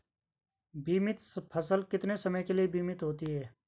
बीमित फसल कितने समय के लिए बीमित होती है?